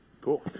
Cool